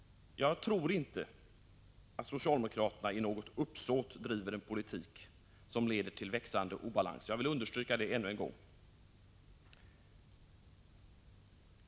Jag tror inte att socialdemokraterna uppsåtligen driver en politik som leder till växande obalans — jag vill understryka detta.